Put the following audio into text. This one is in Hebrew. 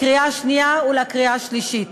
לקריאה השנייה ולקריאה השלישית.